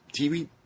TV